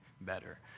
better